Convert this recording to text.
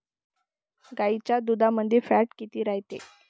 गाईच्या दुधामंदी फॅट किती रायते?